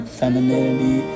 femininity